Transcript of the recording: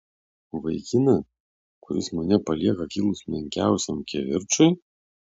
vaikiną kuris mane palieka kilus menkiausiam kivirčui